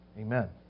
Amen